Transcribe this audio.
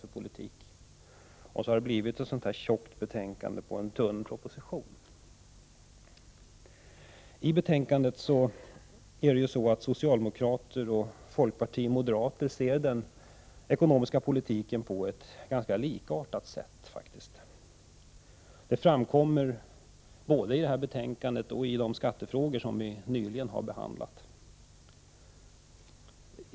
Därför har det blivit ett så här tjockt betänkande på grundval av en tunn proposition. Socialdemokraterna, folkpartiet och moderaterna ser den ekonomiska politiken på ett likartat sätt. Detta framkommer både i detta betänkande och ide skattefrågor som vi nyligen har behandlat.